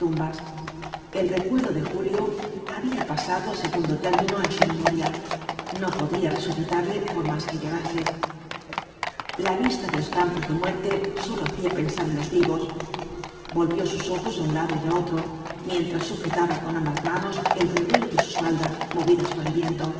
el recuerdo de julio había pasado á segundo término en su memoria no podría resucitarle por más que llorase la vista de los campos de muerte sólo la hacía pensar en los vivos volvió sus ojos á un lado y á otro mientras sujetaba con ambas manos el revuelo de sus faldas movidas por el viento